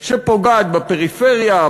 פוגעת בפריפריה,